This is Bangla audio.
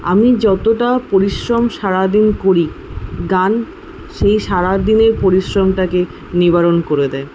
আমি যতটা পরিশ্রম সারাদিন করি গান সেই সারাদিনের পরিশ্রমটাকে নিবারণ করে দেয়